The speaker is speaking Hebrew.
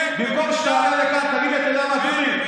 במקום שתעלה לכאן, תגיד לי: אתה יודע מה, דודי?